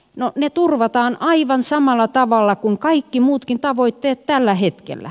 no ne turvataan aivan samalla tavalla kuin kaikki muutkin tavoitteet tällä hetkellä